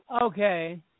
Okay